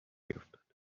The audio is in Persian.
افتاد